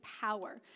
power